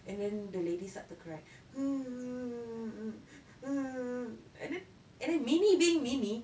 and then the lady start to cry and then and then minnie being minnie